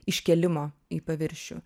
iškėlimo į paviršių